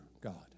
God